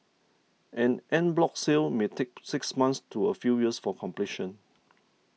an en bloc sale may take six months to a few years for completion